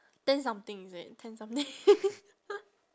ten something is it ten something